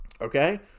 okay